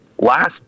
Last